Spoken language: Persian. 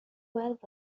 باید